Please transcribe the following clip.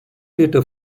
later